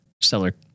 seller